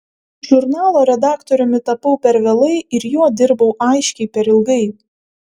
žurnalo redaktoriumi tapau per vėlai ir juo dirbau aiškiai per ilgai